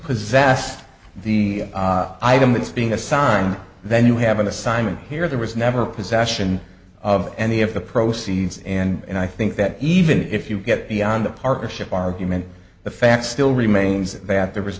possessed the i don't miss being assigned then you have an assignment here there was never possession of any of the proceeds and i think that even if you get beyond the partnership argument the fact still remains that there was